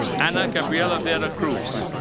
ana gabriela vera cruz.